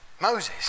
Moses